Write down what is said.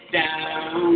down